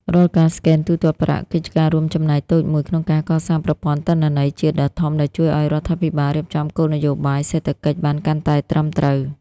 រាល់ការស្កែនទូទាត់ប្រាក់ គឺជាការរួមចំណែកតូចមួយក្នុងការកសាងប្រព័ន្ធទិន្នន័យជាតិដ៏ធំ ដែលជួយឱ្យរដ្ឋាភិបាលរៀបចំគោលនយោបាយសេដ្ឋកិច្ចបានកាន់តែត្រឹមត្រូវ។